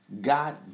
God